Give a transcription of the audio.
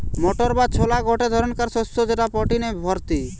motor বা ছোলা গটে ধরণকার শস্য যেটা প্রটিনে ভর্তি